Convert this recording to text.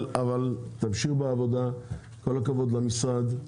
תמשיך בעבודה, כל הכבוד למשרד.